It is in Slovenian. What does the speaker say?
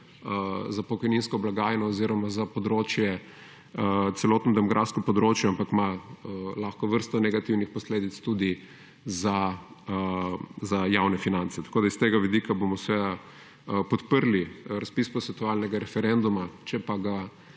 za pokojninsko blagajno oziroma za celotno demografsko področje, ampak ima lahko vrsto negativnih posledic tudi za javne finance. Zaradi tega bomo seveda podprli razpis posvetovalnega referenduma. Če pa ga